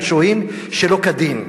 של שוהים שלא כדין,